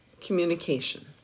communication